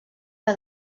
que